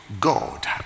God